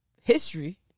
history